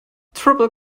triple